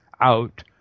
out